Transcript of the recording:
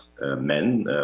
men